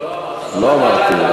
לא, לא אמרת.